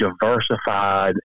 diversified